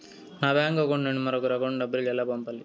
నా bank account నుండి మరొకరి అకౌంట్ కు డబ్బులు ఎలా పంపాలి